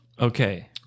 Okay